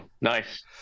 Nice